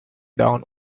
down